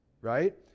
right